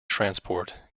transport